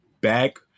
back